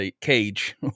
Cage